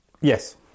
Yes